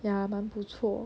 ya 蛮不错